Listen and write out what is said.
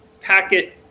packet